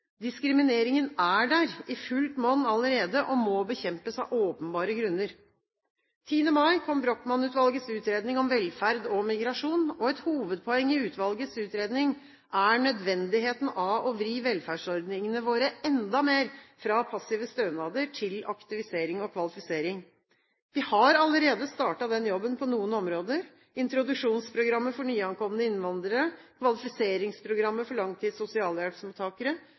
Diskrimineringen er der i fullt monn allerede og må bekjempes, av åpenbare grunner. 10. mai kom Brochmann-utvalgets utredning om velferd og migrasjon. Et hovedpoeng i utvalgets utredning er nødvendigheten av å vri velferdsordningene våre enda mer fra passive stønader til aktivisering og kvalifisering. Vi har allerede startet den jobben på noen områder. Introduksjonsprogrammet for nyankomne innvandrere, kvalifiseringsprogrammet for